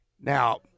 Now